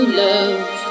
love